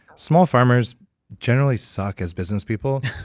small farmers generally suck as business people.